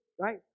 right